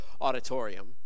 auditorium